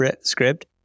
script